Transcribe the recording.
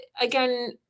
again